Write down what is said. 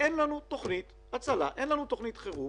אין לנו תוכנית הצלה, אין לנו תוכנית חירום